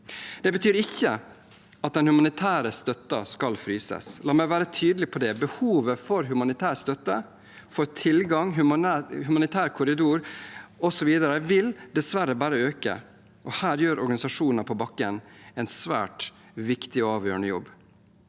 Det betyr ikke at den humanitære støtten skal fryses. La meg være tydelig: Behovet for humanitær støtte, for humanitær korridor osv., vil dessverre bare øke, og her gjør organisasjoner på bakken en svært viktig og avgjørende jobb.